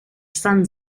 son